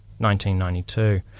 1992